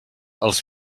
els